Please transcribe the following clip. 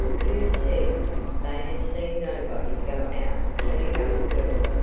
who said they had seen nobody go out but a young girl,